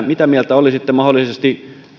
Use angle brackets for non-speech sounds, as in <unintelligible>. <unintelligible> mitä mieltä olisitte mahdollisesti